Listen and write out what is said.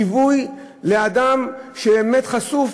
ליווי לאדם שבאמת חשוף,